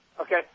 Okay